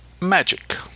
Magic